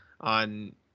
on